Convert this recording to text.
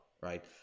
Right